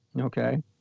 okay